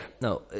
no